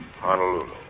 Honolulu